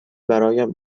برایم